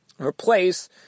replace